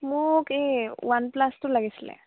মোক এই ওৱান প্লাছটো লাগিছিলে